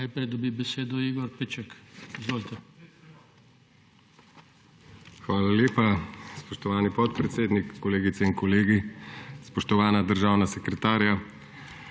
Hvala lepa. Spoštovani podpredsednik, kolegice in kolegi, spoštovana državna sekretarja!